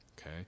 okay